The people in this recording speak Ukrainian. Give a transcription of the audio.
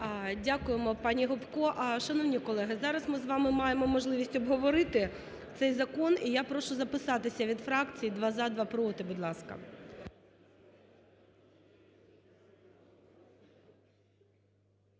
Дякуємо, пані Гопко. Шановні колеги, зараз ми з вами маємо можливість обговорити цей закон і я прошу записатися від фракцій: два – за, два – проти, будь ласка.